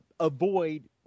avoid